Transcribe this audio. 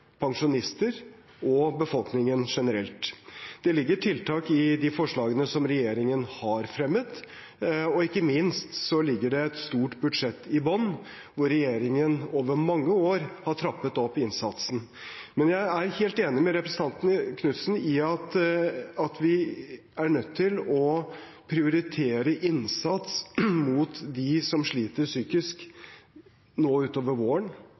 pensjonister og befolkningen generelt. Det ligger tiltak i de forslagene som regjeringen har fremmet, og ikke minst ligger det et stort budsjett i bunnen, der regjeringen over mange år har trappet opp innsatsen. Men jeg er helt enig med representanten Knutsen i at vi er nødt til å prioritere innsats overfor dem som sliter psykisk, utover våren,